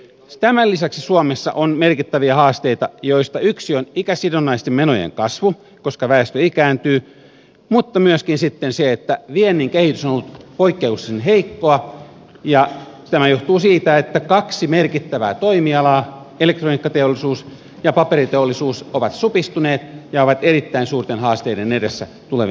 tämän lisäksi suomessa on merkittäviä haasteita joista yksi on ikäsidonnaisten menojen kasvu koska väestö ikääntyy mutta myöskin sitten se että viennin kehitys on ollut poikkeuksellisen heikkoa ja tämä johtuu siitä että kaksi merkittävää toimialaa elektroniikkateollisuus ja paperiteollisuus ovat supistuneet ja ovat erittäin suurten haasteiden edessä tulevina vuosina